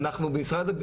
אנחנו במשרד,